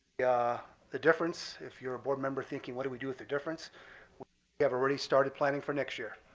yeah the difference, if you're a board member thinking what do we do with the difference, we have already started planning for next year.